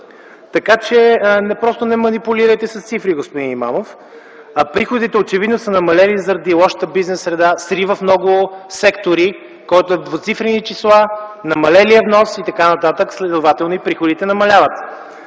Така, че просто не манипулирайте с цифри, господин Имамов. Приходите очевидно са намалели заради лошата бизнес среда, срив в много сектори, който е в двуцифрени числа, намалелия внос и т.н. Следователно и приходите намаляват.